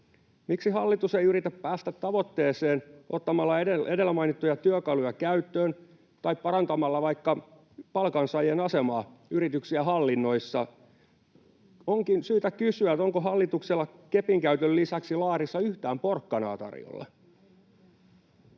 Miksi hallitus ei yritä päästä tavoitteeseen ottamalla edellä mainittuja työkaluja käyttöön tai parantamalla vaikka palkansaajien asemaa yrityksien hallinnoissa? Onkin syytä kysyä, onko hallituksella kepin käytön lisäksi laarissa yhtään porkkanaa tarjolla.